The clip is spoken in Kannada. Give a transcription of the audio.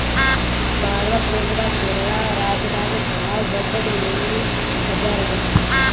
ಭಾರತ್ ದೇಶದಾಗೆ ಕೇರಳ ರಾಜ್ಯದಾಗ್ ಭಾಳ್ ದೊಡ್ಡದ್ ಮೀನಿನ್ ಬಜಾರ್ ಅದಾ